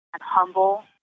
humble